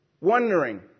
wondering